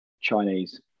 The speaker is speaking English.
Chinese